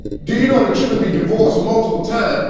do you know that you can be divorced multiple times,